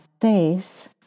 face